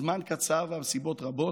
הזמן קצר והנסיבות רבות.